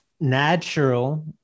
natural